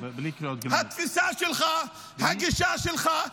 התפיסה שלך, הגישה שלך,